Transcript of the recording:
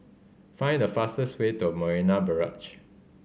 find the fastest way to Marina Barrage